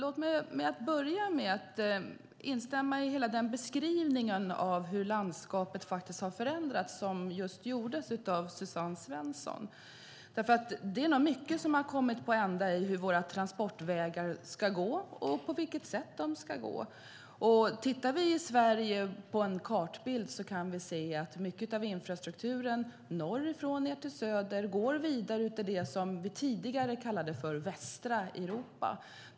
Fru talman! Låt mig instämma i Suzanne Svenssons beskrivning av hur landskapet har förändrats. Det är mycket som har ställts på ända i hur våra transportvägar ska gå och på vilket sätt de ska gå. Tittar vi på en kartbild av Sverige kan vi se att mycket av infrastrukturen från norr till söder går vidare ut i det som vi tidigare kallade västra Europa.